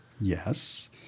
Yes